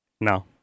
No